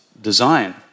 design